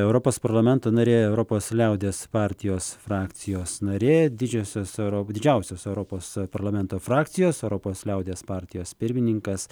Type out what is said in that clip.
europos parlamento narė europos liaudies partijos frakcijos narė didžiosios ar didžiausios europos parlamento frakcijos europos liaudies partijos pirmininkas